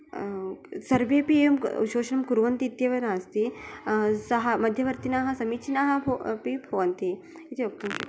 सर्वेपि एवं शोषणं कुर्वन्ति इत्येव नास्ति सः मध्यवर्तिनः समीचीनाः अपि भवन्ति इति वक्तुं शक्यते